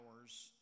hours